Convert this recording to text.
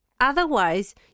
Otherwise